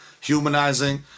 humanizing